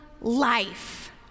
life